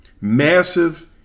massive